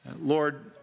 Lord